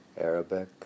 Arabic